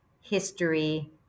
history